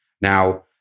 Now